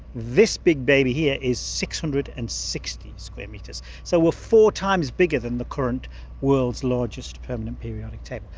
this big baby here is six hundred and sixty square metres, so we're four times bigger than the current world's largest and periodic table.